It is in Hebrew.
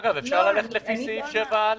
אגב, אפשר ללכת לפי סעיף 7א